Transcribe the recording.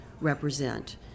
represent